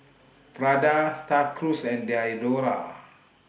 Prada STAR Cruise and Diadora